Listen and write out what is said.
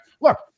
look